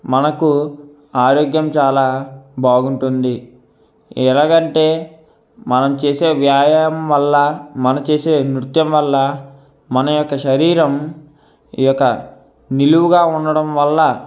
మనకు ఆరోగ్యం చాలా బాగుంటుంది ఎలాగంటే మనం చేసే వ్యాయామం వల్ల మన చేసే నృత్యం వల్ల మన యొక్క శరీరం ఈ యొక్క నిలువుగా ఉండడం వల్ల